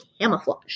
camouflage